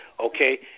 Okay